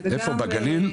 איפה בגליל?